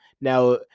Now